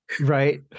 Right